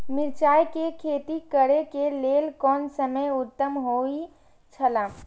मिरचाई के खेती करे के लेल कोन समय उत्तम हुए छला?